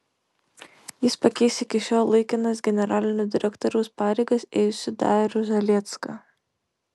jis pakeis iki šiol laikinas generalinio direktoriaus pareigas ėjusį darių zaliecką